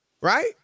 right